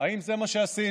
האם זה מה שעשינו?